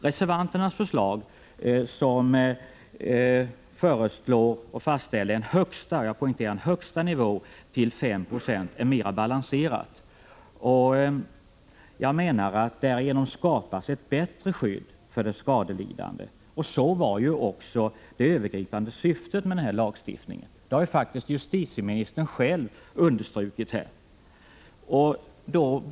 Reservanternas förslag som vill fastställa en högsta nivå till 5 96 är mera balanserat. Därigenom skapas ett bättre skydd för de skadelidande, vilket också var det övergripande syftet med lagstiftningen. Det har faktiskt justitieministern själv understrukit här.